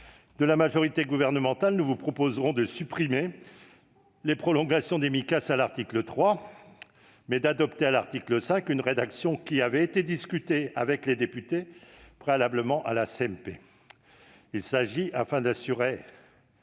de la majorité gouvernementale, nous vous proposerons de supprimer les prolongations des Micas à l'article 3, mais d'adopter, à l'article 5, une rédaction qui avait été discutée avec les députés préalablement à la CMP. Il s'agit, afin d'assurer